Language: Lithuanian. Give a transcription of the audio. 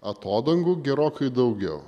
atodangų gerokai daugiau